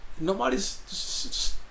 nobody's